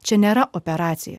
čia nėra operacijų